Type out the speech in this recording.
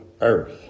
earth